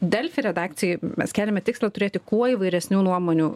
delfi redakcijoj mes keliame tikslą turėti kuo įvairesnių nuomonių